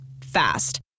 Fast